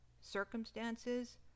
circumstances